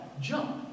Jump